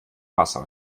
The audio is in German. wasser